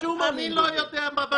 כי לא יכולת לומר הרבה,